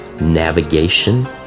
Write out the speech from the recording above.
navigation